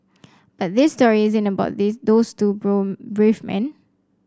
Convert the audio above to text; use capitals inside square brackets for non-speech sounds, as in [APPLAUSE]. but this story isn't about these those two [UNINTELLIGIBLE] brave men